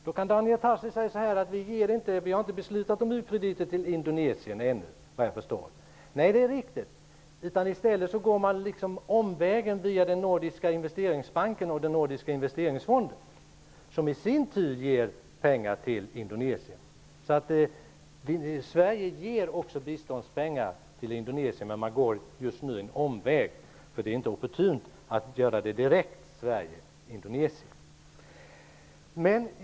Daniel Tarschys kan visserligen säga att vi ännu inte har beslutat om u-krediter till Indonesien, vilket såvitt jag förstår är riktigt, men i stället går man omvägen via Nordiska Investeringsbanken och Nordiska Investeringsfonden, som i sin tur ger pengar till Indonesien. Sverige ger alltså biståndspengar till Indonesien, men gör det just nu på omvägar. Det är inte opportunt att låta dem gå direkt från Sverige till Indonesien.